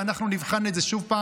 ואנחנו נבחן את זה שוב.